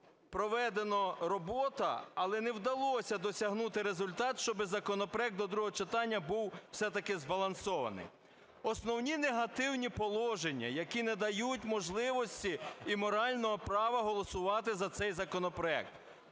проведена робота, але не вдалося досягнути результат, щоби законопроект до другого читання був все-таки збалансованим. Основні негативні положення, які не дають можливості і морального права голосувати за цей законопроект.